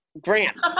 Grant